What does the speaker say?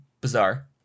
bizarre